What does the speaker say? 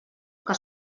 que